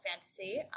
fantasy